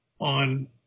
on